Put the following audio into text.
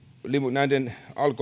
näiden